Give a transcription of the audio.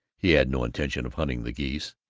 he had no intention of hunting the geese.